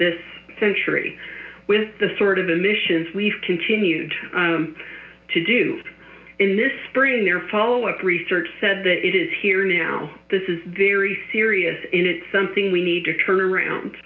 this century with the sort of emissions we've continued to do in this spring their follow up research said that it is here now this very serious and it's something we need to turn around